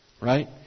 right